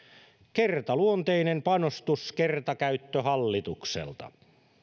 kertaluonteinen panostus kertakäyttöhallitukselta